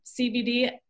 CBD